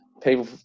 people